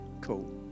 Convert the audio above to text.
cool